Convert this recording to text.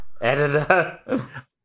Editor